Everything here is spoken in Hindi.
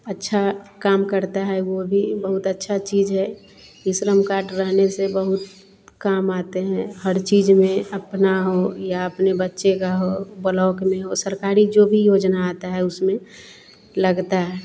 अच्छा काम करता है वह भी बहुत अच्छी चीज़ है ई श्रम कार्ड रहने से बहुत काम आते हैं हर चीज़ में अपना हो या अपने बच्चे का हो बलोक में हो सरकारी जो भी योजना आती है उसमें लगता है